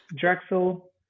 Drexel